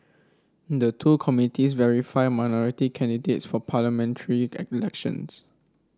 the two committees verify minority candidates for parliamentary elections